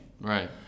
Right